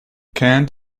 canned